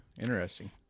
interesting